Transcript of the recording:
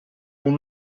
con